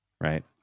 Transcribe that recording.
Right